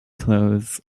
clothes